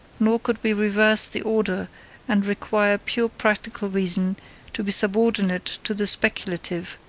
nor could we reverse the order and require pure practical reason to be subordinate to the speculative,